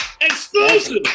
Exclusive